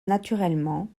naturellement